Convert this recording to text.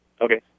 Okay